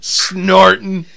snorting